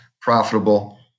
profitable